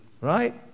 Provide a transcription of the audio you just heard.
right